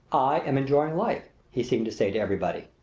i am enjoying life! he seemed to say to everybody.